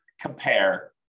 compare